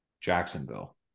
Jacksonville